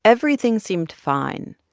everything seemed fine.